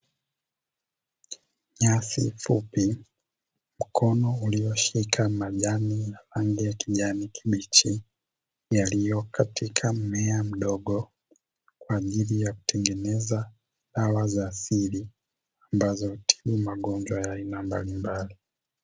Nyasi fupi, mkono ulioshika majani na rangi ya kijani kibichi yaliyo katika mmea mdogo kwa ajili ya kutengeneza dawa za asili ambazo hutibu magonjwa ya aina mbalimbali.